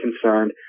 concerned